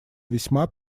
весьма